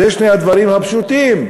זה שני הדברים הפשוטים,